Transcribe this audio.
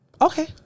Okay